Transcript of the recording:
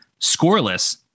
scoreless